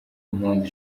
impunzi